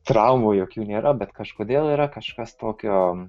traumų jokių nėra bet kažkodėl yra kažkas tokio